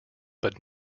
but